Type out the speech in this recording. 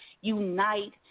unite